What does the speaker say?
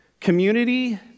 Community